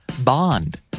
Bond